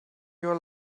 your